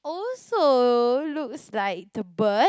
also looks like the bird